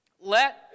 Let